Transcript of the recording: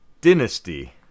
Dynasty